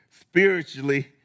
spiritually